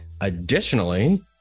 additionally